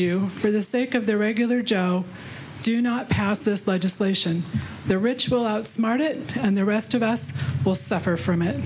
you for the sake of the regular joe do not pass this legislation the rich will outsmart it and the rest of us will suffer from it